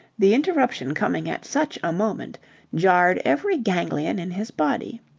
the interruption coming at such a moment jarred every ganglion in his body.